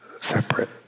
separate